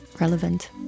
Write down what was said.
relevant